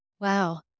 Wow